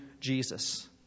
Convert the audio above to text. Jesus